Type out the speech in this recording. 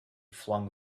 flung